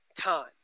time